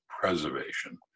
preservation